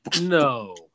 No